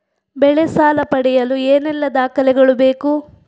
ಬೆಳೆ ಸಾಲ ಪಡೆಯಲು ಏನೆಲ್ಲಾ ದಾಖಲೆಗಳು ಬೇಕು?